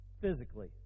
physically